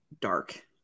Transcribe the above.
dark